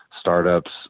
startups